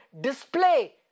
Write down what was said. display